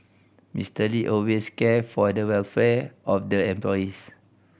Mister Lee always cared for the welfare of the employees